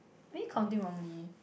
we counting wrongly